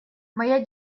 моя